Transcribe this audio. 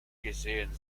gesehen